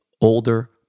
older